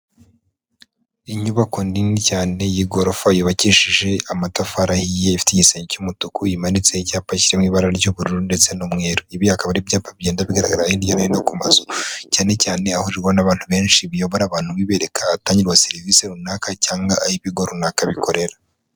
Inyubako nini cyane y'igorofa yubakishije amatafari ahiye ifite igisenge cy'umutuku imanitseho icyapa kiri mu ibara ry'ubururu, ndetse n'umweru, ibi akaba ari ibyapa bigenda bigaragara hirya no hino ku mazu, cyane cyane ahahurirwa n'abantu benshi, biyobora abantu bibereka ahatangirwa serivisi runaka cyangwa aho ibigo runaka bikorera.